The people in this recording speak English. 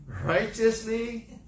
righteously